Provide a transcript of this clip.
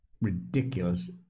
ridiculous